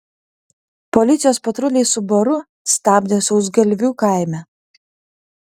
policijos patruliai subaru stabdė sausgalvių kaime